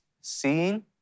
seeing